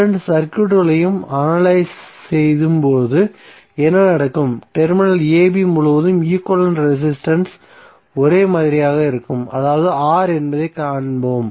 இரண்டு சர்க்யூட்களையும் அனலிஸ் செய்யும் போது என்ன நடக்கும் டெர்மினல் ab முழுவதும் ஈக்வலன்ட் ரெசிஸ்டன்ஸ் ஒரே மாதிரியாக இருக்கும் அதாவது R என்பதைக் காண்போம்